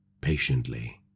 patiently